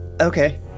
Okay